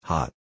Hot